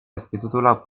azpitituluak